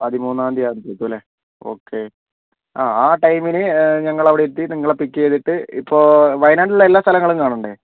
പതിമൂന്നാം തീയതി രാത്രി എത്തുമല്ലേ ഓക്കേ ആ ആ ടൈമിൽ ഞങ്ങളവിടെ എത്തി നിങ്ങളെ പിക്ക് ചെയ്തിട്ട് ഇപ്പോൾ വയനാട്ടിലുള്ള എല്ലാ സ്ഥലങ്ങളും കാണേണ്ടേ